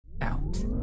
Out